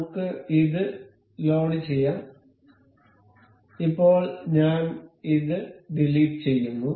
നമുക്ക് ഇത് ലോഡുചെയ്യാം ഇപ്പോൾ ഞാൻ ഇത് ഡിലീറ്റ് ചെയ്യുന്നു